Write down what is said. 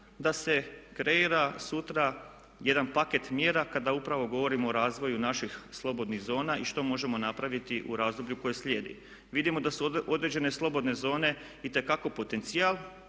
da se kreira sutra jedan paket mjera kada upravo govorimo o razvoju naših slobodnih zona i što možemo napraviti u razdoblju koje slijedi. Vidimo da su određene slobodne zone itekako potencijal